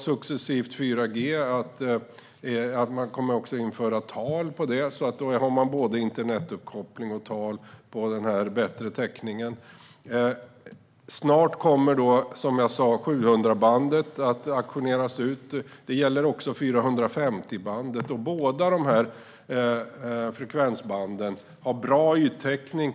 Successivt kommer det nu också att införas tal på 4G. Då kommer man att ha både internetuppkoppling och tal på denna bättre täckning. Snart kommer, som jag sa, 700-megahertzbandet att auktioneras ut. Det gäller också 450-megahertzbandet. Båda dessa frekvensband har bra yttäckning.